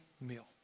meal